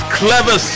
clever